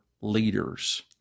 leaders